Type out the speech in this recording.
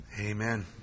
amen